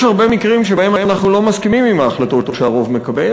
יש הרבה מקרים שבהם אנחנו לא מסכימים עם ההחלטות שהרוב מקבל,